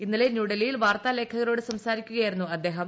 ഇന്നലെ ന്യൂഡൽഹിയിൽ വാർത്താലേഖകരോട് സംസാരിക്കുകയായിരുന്നു അദ്ദേഹം